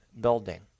building